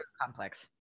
complex